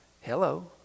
hello